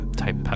type